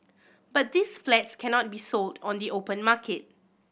but these flats cannot be sold on the open market